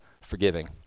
forgiving